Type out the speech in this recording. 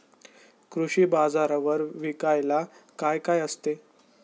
कृषी बाजारावर विकायला काय काय असते?